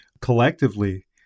collectively